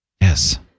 Yes